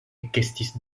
ekestis